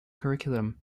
curriculum